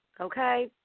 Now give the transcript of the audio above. okay